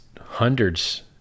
hundreds